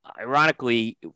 ironically